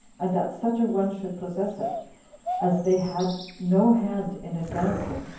and that such a one should possess it as they had no hand in advancing,